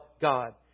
God